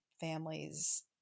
families